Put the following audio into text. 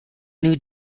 new